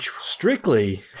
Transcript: strictly